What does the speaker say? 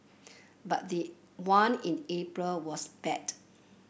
but the one in April was bad